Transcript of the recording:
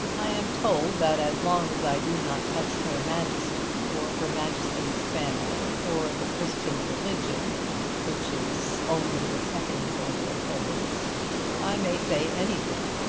i am told that as long as i do not touch her majesty or her majesty's family, or the christian religion which is only the second holy of holies i may say anything.